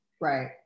right